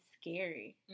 scary